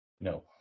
No